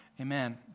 Amen